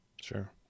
sure